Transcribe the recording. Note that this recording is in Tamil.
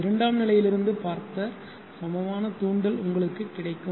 இரண்டாம்நிலையிலிருந்து பார்த்த சமமான தூண்டல் உங்களுக்குக் கிடைக்கும்